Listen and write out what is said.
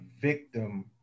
victim